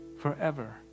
forever